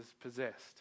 possessed